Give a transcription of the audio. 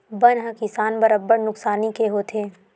बन ह किसान बर अब्बड़ नुकसानी के होथे